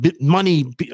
money